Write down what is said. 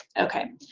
okay,